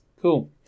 Cool